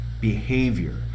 behavior